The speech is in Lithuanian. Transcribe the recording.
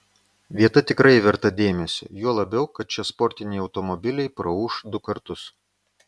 vieta tikrai verta dėmesio juo labiau kad čia sportiniai automobiliai praūš du kartus